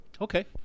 Okay